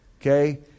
Okay